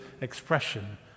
expression